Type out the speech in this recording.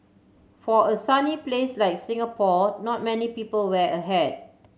for a sunny place like Singapore not many people wear a hat